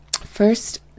First